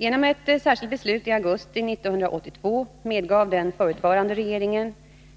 Genom ett särskilt beslut i augusti 1982 medgav den förutvarande regeringen